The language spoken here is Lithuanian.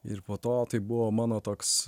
ir po to tai buvo mano toks